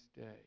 day